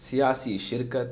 سیاسی شرکت